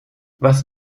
was